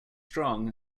strong